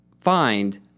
find